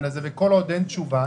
של המקדמות ואת העניין של ההפוגות,